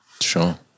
Sure